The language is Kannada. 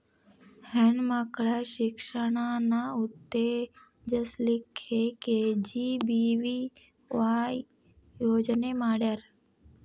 ಹೆಣ್ ಮಕ್ಳ ಶಿಕ್ಷಣಾನ ಉತ್ತೆಜಸ್ ಲಿಕ್ಕೆ ಕೆ.ಜಿ.ಬಿ.ವಿ.ವಾಯ್ ಯೋಜನೆ ಮಾಡ್ಯಾರ್